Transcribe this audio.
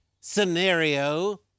scenario